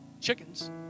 chickens